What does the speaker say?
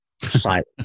silence